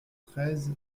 treize